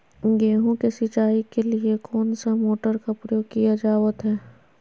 गेहूं के सिंचाई के लिए कौन सा मोटर का प्रयोग किया जावत है?